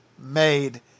made